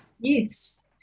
Yes